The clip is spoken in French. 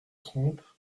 trompe